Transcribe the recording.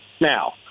Now